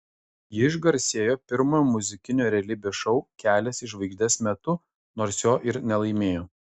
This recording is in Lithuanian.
ji išgarsėjo pirmojo muzikinio realybės šou kelias į žvaigždes metu nors jo ir nelaimėjo